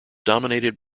dominated